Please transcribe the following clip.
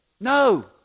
No